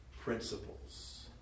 principles